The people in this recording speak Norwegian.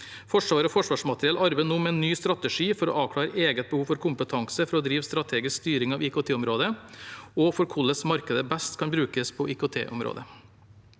Forsvaret og Forsvarsmateriell arbeider nå med en ny strategi for å avklare eget behov for kompetanse for å drive strategisk styring av IKT-området og for hvordan markedet best kan brukes på IKT-området.